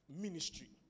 ministry